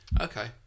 Okay